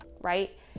right